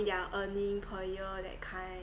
they're earning per year that kind